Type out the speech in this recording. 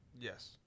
Yes